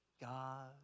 God